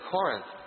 Corinth